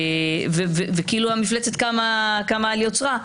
וכאילו המפלצת קמה על יוצרה.